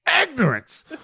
ignorance